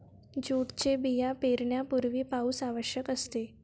जूटचे बिया पेरण्यापूर्वी पाऊस आवश्यक असते